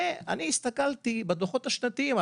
אני הסתכלתי בדוחות השנתיים,